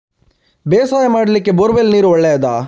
ಬೇಸಾಯ ಮಾಡ್ಲಿಕ್ಕೆ bore well ನೀರು ಒಳ್ಳೆಯದಾ?